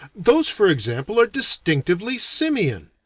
those for example are distinctively simian.